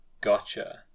Gotcha